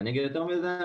אני אגיד יותר מזה,